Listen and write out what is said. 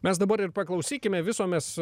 mes dabar ir paklausykime viso mes